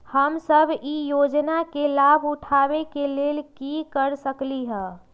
हम सब ई योजना के लाभ उठावे के लेल की कर सकलि ह?